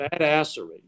badassery